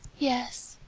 yes,